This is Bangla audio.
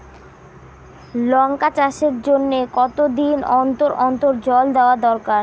লঙ্কা চাষের জন্যে কতদিন অন্তর অন্তর জল দেওয়া দরকার?